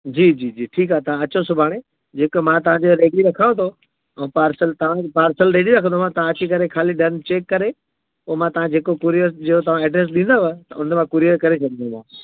जी जी जी ठीकु आहे त अचो सुभाणे जेके मां तव्हांखे एड्रेस विझी रखांव थो ऐं पार्सल तव्हां पार्सल रेडी रखंदोमांव तव्हां अची करे ख़ाली ॾम चेक करे पोइ मां तव्हां जेको कुरीअर जो तव्हां एड्रेस ॾींदव उन ते मां कुरीअर करे छॾींदोमांव